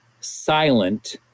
silent